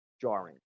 jarring